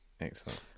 excellent